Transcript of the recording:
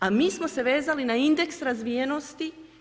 A mi smo se vezali na indeks razvijenosti.